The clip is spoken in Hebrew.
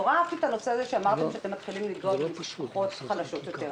נורא אהבתי שאמרתם שאתם מתחילים לגעת במשפחות חלשות יותר,